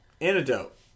Antidote